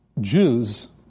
Jews